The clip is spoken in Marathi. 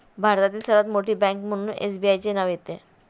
भारतातील सर्वात मोठी बँक म्हणून एसबीआयचे नाव येते